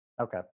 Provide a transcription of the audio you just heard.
Okay